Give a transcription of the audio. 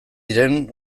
diren